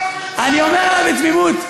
אני אומר לך בתמימות: